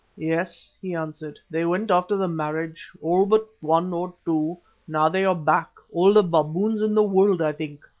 yes, he answered, they went after the marriage, all but one or two now they are back, all the baboons in the world, i think.